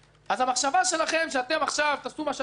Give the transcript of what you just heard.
אז המחשבה שלכם שאתם תעשו מה שאתם רוצים,